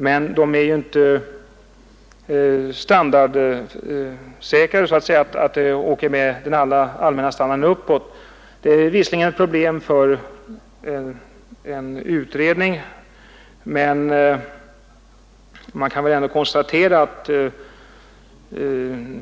Men de är ju inte standardsäkrade på det sättet att de följer med uppåt i den allmänna standardökningen. Det är visserligen ett problem för en utredning, men man kan väl ändå konstatera att